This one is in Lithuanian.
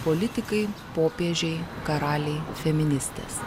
politikai popiežiai karaliai feministės